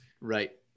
right